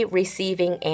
receiving